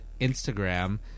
Instagram